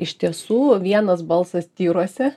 iš tiesų vienas balsas tyruose